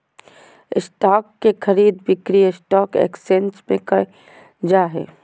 stock के खरीद बिक्री स्टॉक एकसचेंज में क़इल जा हइ